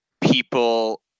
people